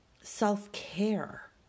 self-care